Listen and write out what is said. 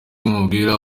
umubwira